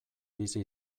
bizi